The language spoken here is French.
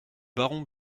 baron